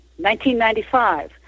1995